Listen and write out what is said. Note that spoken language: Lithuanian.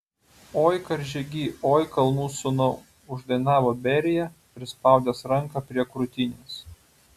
oi karžygy oi kalnų sūnau uždainavo berija prispaudęs ranką prie krūtinės